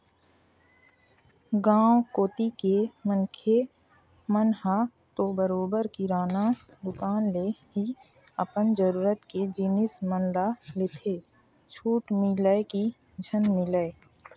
गाँव कोती के मनखे मन ह तो बरोबर किराना दुकान ले ही अपन जरुरत के जिनिस मन ल लेथे छूट मिलय की झन मिलय